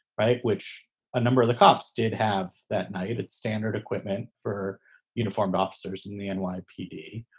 right. which a number of the cops did have that night. it's standard equipment for uniformed officers in the and nypd.